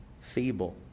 feeble